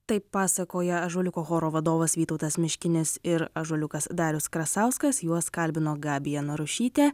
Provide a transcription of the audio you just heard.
taip pasakoja ąžuoliuko choro vadovas vytautas miškinis ir ąžuoliukas darius krasauskas juos kalbino gabija narušytė